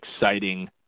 exciting